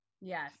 yes